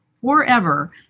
Forever